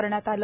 करण्यात आलं